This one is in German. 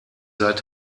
seit